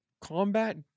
combat